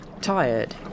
tired